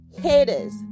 haters